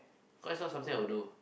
not is not something I will do